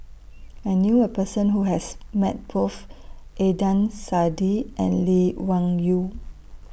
I knew A Person Who has Met Both Adnan Saidi and Lee Wung Yew